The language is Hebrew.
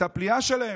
את הפליאה שלהם.